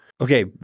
Okay